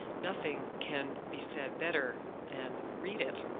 nothing can be said better than read it.